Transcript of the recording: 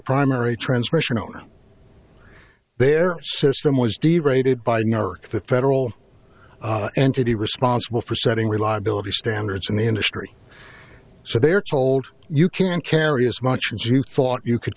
primary transmission on their system was d rated by new york the federal entity responsible for setting reliability standards in the industry so they are told you can carry as much as you thought you could